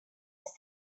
fois